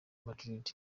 madrid